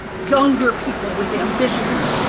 younger people, with ambitions,